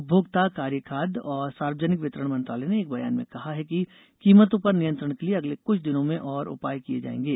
उपभोक्ता कार्य खाद्य और सार्वजनिक वितरण मंत्रालय ने एक बयान में कहा है कि कीमतों पर नियंत्रण के लिए अगले कुछ दिनों में और उपाय किए जाएंगे